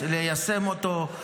ליישם אותו.